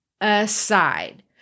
aside